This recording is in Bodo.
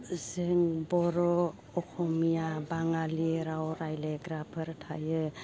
जों बर' असमिया बाङालि राव रायज्लायग्राफोर थायो